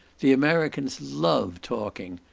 the americans love talking.